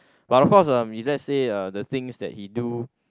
but of course uh we let's say uh the things that he do